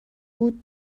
بود